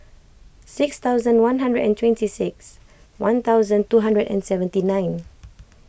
six thousand one hundred and twenty six one thousand two hundred and seventy nine